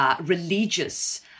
religious